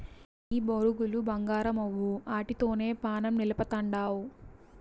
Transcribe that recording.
నీ బొరుగులు బంగారమవ్వు, ఆటితోనే పానం నిలపతండావ్